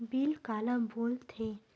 Bill काला बोल थे?